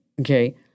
Okay